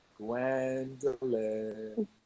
Gwendolyn